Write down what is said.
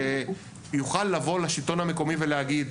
שיוכל לבוא לשלטון המקומי ולהגיד: